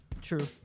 True